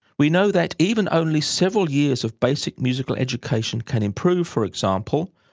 we know that even only several years of basic musical education can improve, for example,